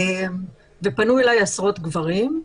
פנו אליי עשרות גברים.